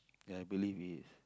ya I believe it is